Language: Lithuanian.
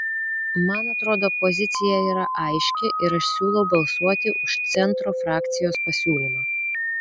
man atrodo pozicija yra aiški ir aš siūlau balsuoti už centro frakcijos pasiūlymą